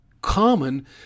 Common